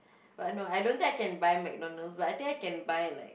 but no I don't think I can buy McDonald's but I think I can buy like